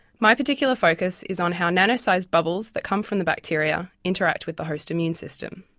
my particular focus is on how nano-sized bubbles that come from the bacteria interact with the host immune system.